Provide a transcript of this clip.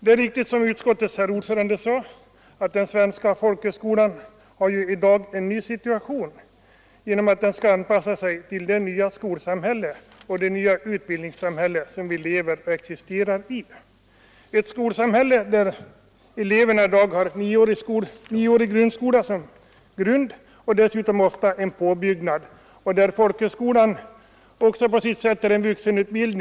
Det är riktigt som utskottets ordförande sade, att den svenska folkhögskolan i dag befinner sig i en ny situation genom att den skall anpassa sig till det nya skoloch utbildningssamhälle som vi lever och existerar i. I dagens skolsamhälle, där eleverna har en nioårig grundskola i botten och dessutom ofta någon form av påbyggnad, är folkhögskolan i viss utsträckning också en vuxenutbildningsskola.